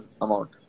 amount